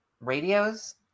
Radios